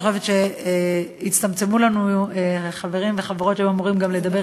אני חושבת שהצטמצמו לנו חברים וחברות שהיו אמורים גם לדבר,